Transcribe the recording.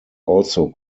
also